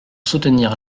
soutenir